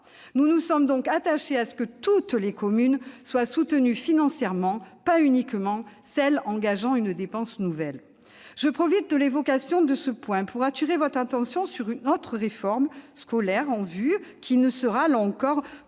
Nous nous sommes donc attachés à ce que toutes les communes soient soutenues financièrement et pas uniquement celles qui engagent une dépense nouvelle. Je profite de l'évocation de ce point pour attirer votre attention sur une autre réforme scolaire en vue qui ne sera, là encore,